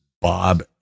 Bob